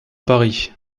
paris